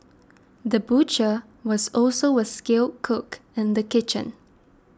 the butcher was also a skilled cook in the kitchen